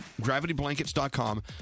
gravityblankets.com